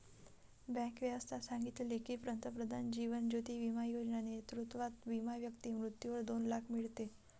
bank व्यवस्था सांगितले की, पंतप्रधान जीवन ज्योती बिमा योजना नेतृत्वात विमा व्यक्ती मृत्यूवर दोन लाख मीडते